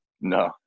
No